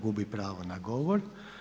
Gubi pravo na govor.